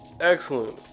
Excellent